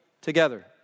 together